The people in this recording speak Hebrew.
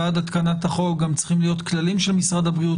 ועד התקנת החוק גם צריכים להיות כללים של משרד הבריאות,